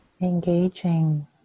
engaging